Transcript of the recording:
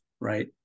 right